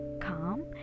calm